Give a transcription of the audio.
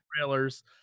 trailers